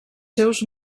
seus